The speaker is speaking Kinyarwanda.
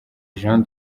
jean